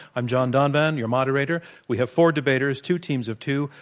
i'm john donvan, your moderator. we have four debaters, two teams of two,